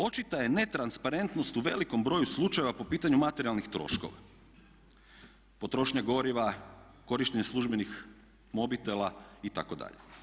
Očita je netransparentnost u velikom broju slučajeva po pitanju materijalnih troškova, potrošnja goriva, korištenje službenih mobitela itd.